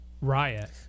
riot